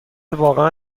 واقعا